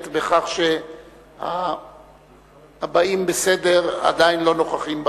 בכך שהבאים בסדר עדיין לא נוכחים באולם.